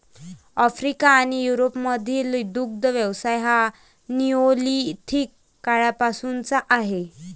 Africa आणि युरोपमधील दुग्ध व्यवसाय हा निओलिथिक काळापासूनचा आहे